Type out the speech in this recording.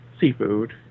seafood